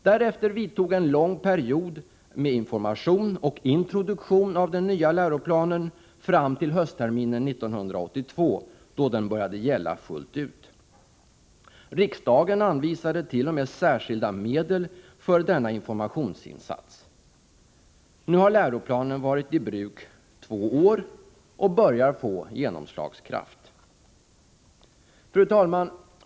Därefter vidtog en lång period med information och introduktion av den nya läroplanen fram till höstterminen 1982, då den började gälla fullt ut. Riksdagen anvisade t.o.m. särskilda medel för denna informationsinsats. Nu har läroplanen varit i bruk två år och börjar få genomslagskraft. Fru talman!